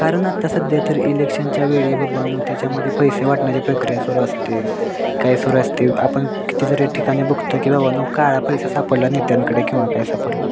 कारण आता सध्या तर इलेक्शनच्या वेळी बाबांनो त्याच्यामध्ये पैसे वाटण्याची प्रक्रिया सुरू असते काय सुरू असते आपण कितीतरी ठिकाणी बघतो की बाबांनो काळा पैसा सापडला नेत्यांकडे किंवा काय सापडला